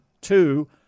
Two